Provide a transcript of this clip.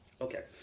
Okay